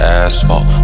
asphalt